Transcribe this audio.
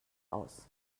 aus